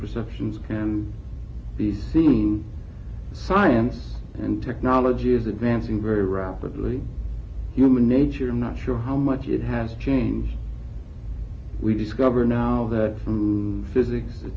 perceptions and the scene science and technology is advancing very rapidly human nature i'm not sure how much it has changed we discover now that some physics